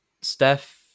Steph